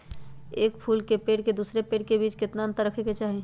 एक फुल के पेड़ के दूसरे पेड़ के बीज केतना अंतर रखके चाहि?